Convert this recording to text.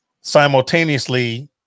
Simultaneously